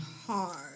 Hard